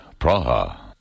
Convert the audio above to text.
Praha